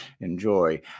enjoy